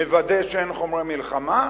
נוודא שאין חומרי מלחמה,